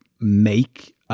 make